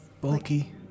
Bulky